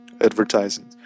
advertising